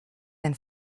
ein